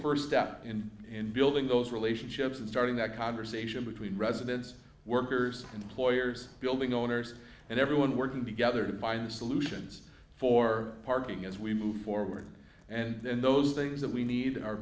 first step in in building those relationships and starting that conversation between residents workers and employers building owners and everyone working together to find solutions for parking as we move forward and then those things that we need